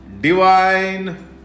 divine